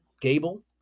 Gable